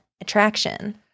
attraction